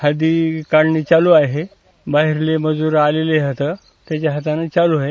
हळदी काढणी चालू आहे बाहेरील मजूर आलेले आहेत त्याच्या हाताने चालू आहेत